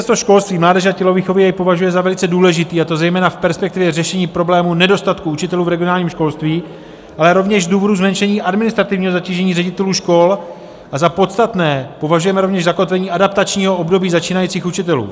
Ministerstvo školství, mládeže a tělovýchovy jej považuje za velice důležitý, a to zejména v perspektivě řešení problému nedostatku učitelů v regionálním školství, ale rovněž z důvodu zmenšení administrativního zatížení ředitelů škol, a za podstatné považujeme rovněž zakotvení adaptačního období začínajících učitelů.